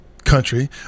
country